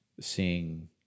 seeing